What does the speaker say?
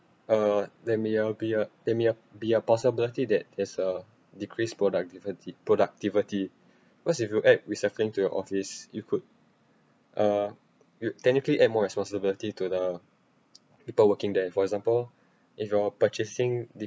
uh there may uh be a there may be a possibility that there's a decrease productivity productivity what's if you add recycling to your office you could uh you technically add more responsibility to the people working there for example if you're purchasing the